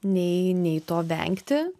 nei nei to vengti